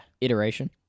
Iteration